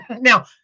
Now